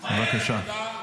בבקשה.